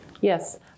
Yes